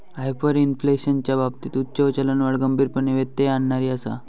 हायपरइन्फ्लेशनच्या बाबतीत उच्च चलनवाढ गंभीरपणे व्यत्यय आणणारी आसा